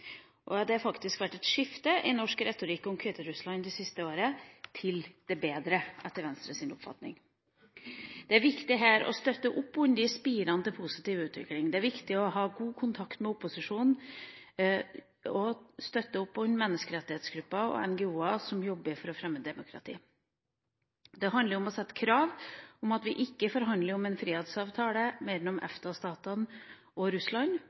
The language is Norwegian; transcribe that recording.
Det har faktisk vært et skifte i Norges retorikk om Hviterussland det siste året – og til det bedre, etter Venstres oppfatning. Det er viktig her å støtte opp under spirene til positiv utvikling. Det er viktig å ha god kontakt med opposisjonen og støtte opp om menneskerettighetsgrupper og NGO-er som jobber for å fremme demokrati. Det handler om å sette som krav at vi ikke forhandler om en frihandelsavtale mellom EFTA-statene og Russland.